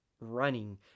running